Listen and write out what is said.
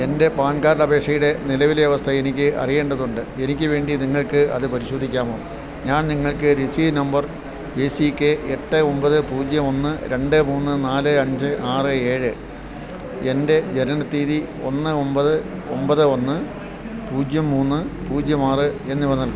എൻ്റെ PAN card അപേക്ഷയുടെ നിലവിലെ അവസ്ഥ എനിക്ക് അറിയേണ്ടതുണ്ട് എനിക്ക് വേണ്ടി നിങ്ങൾക്ക് അത് പരിശോധിക്കാമോ ഞാൻ നിങ്ങൾക്ക് രസീത് നമ്പർ എ സി കെ എട്ട് ഒമ്പത് പൂജ്യം ഒന്ന് രണ്ട് മൂന്ന് നാല് അഞ്ച് ആറ് ഏഴ് എൻ്റെ ജനന തീയതി ഒന്ന് ഒമ്പത് ഒമ്പത് ഒന്ന് പൂജ്യം മൂന്ന് പൂജ്യം ആറ് എന്നിവ നൽകും